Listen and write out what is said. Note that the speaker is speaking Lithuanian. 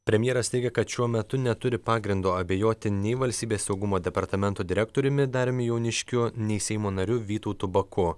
premjeras teigia kad šiuo metu neturi pagrindo abejoti nei valstybės saugumo departamento direktoriumi dariumi jauniškiu nei seimo nariu vytautu baku